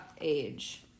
age